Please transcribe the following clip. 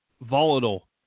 volatile